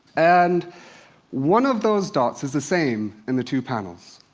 and one of those dots is the same in the two panels.